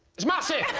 it's massive!